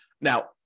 Now